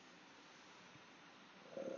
uh